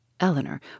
Eleanor